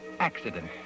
accident